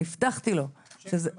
אני הבטחתי לו שזה --- צ'ק במעטפה.